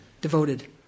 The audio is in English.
devoted